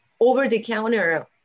over-the-counter